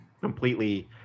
completely